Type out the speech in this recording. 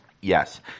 Yes